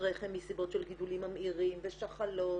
רחם מסיבות של גידולים ממאירים ושחלות